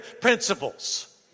principles